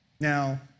Now